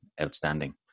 outstanding